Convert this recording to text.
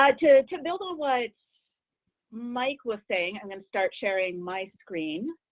ah to to build on what mike was saying i'm going to start sharing my screen.